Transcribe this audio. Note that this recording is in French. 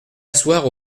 asseoir